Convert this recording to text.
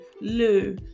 Lou